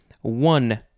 one